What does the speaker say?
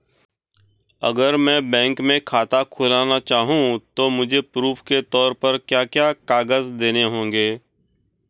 अगर मैं बैंक में खाता खुलाना चाहूं तो मुझे प्रूफ़ के तौर पर क्या क्या कागज़ देने होंगे?